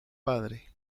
padre